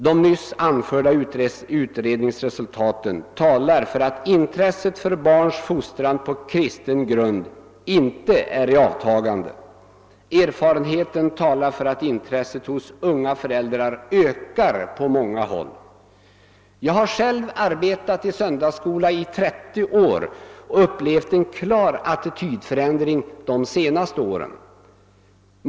De nyss anförda utredningsresultaten talar för att intresset för barns fostran på kristen grund inte är i avtagande. Erfarenheten talar tvärtom för att intresset härför hos unga föräldrar ökar på många håll. Jag har själv arbetat i söndagsskoleverksamhet under 30 år och har under de senaste åren upplevt en klar attitydförändring.